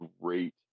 great